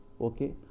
Okay